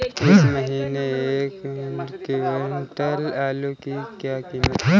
इस महीने एक क्विंटल आलू की क्या कीमत है?